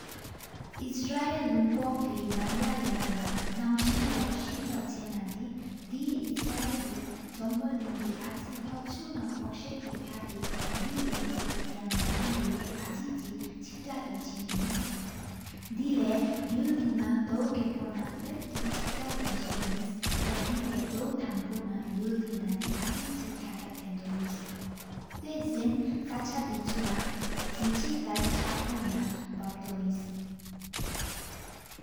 ཨིས་ར་ཡེལ་ཀོང་སྒང་གི་ནམ་ལ་ཡ་ད་ནམས་སངས་ལོ། ཟིཀ་པ་ཆེན་ད་ནཱ་དེ་འི་འིས་ར་ཡེལ་དེ་བཞོམ་ས་བྱང་གི། ཨ་ཅི་ཞིག་ལོ་འཆད་ན་ཕོ་གསར་དེ་བྱེད། དེ་ཡེ་དེ་ཡང་ན་དེ་ཡེ་དེ་ཨ་ཅིག་ཅིག། ཅིག་པ་ཡེ་ཅིག་གིན། དེ་ལྟར་ཡུལ་དེ་ན་དར་བུ་གཔོ་ན་ལབ་ཏེ། ཅིག་པ་ས་ན་ཏེ་དེ་ལ་དར་བུ་སྟག་པོ། ཡུལ་དེ་ན་དེ་ཨ་ཅིག་ཅིག་ཁ་ཐ་ཐོང་དོ་གིན། ཏེ་གཟོན་ས་ཅ་དེའ་བརྒྱབ་ར། ཆ་ཕོ་ཡ་བབ་ཏོ་གིན།